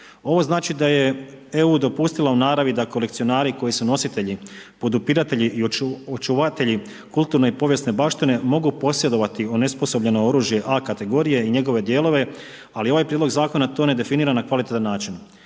Ovo znači da je EU dopustila u naravni da kolekcionari koji su nositelji, podupiratelji i očuvatelji kulturne i povijesne baštine mogu posjedovati onesposobljeno oružje A kategorije i njegove dijelove. Ali ovaj Prijedlog zakona to ne definira na kvalitetan način